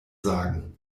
sagen